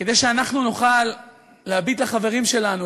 כדי שאנחנו נוכל להביט לחברים שלנו,